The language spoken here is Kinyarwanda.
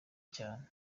cyane